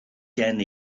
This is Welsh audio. gen